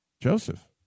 Joseph